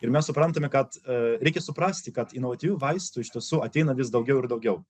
ir mes suprantame kad a reikia suprasti kad inovatyvių vaistų iš tiesų ateina vis daugiau ir daugiau